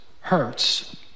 hurts